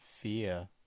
fear